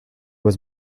was